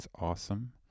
awesome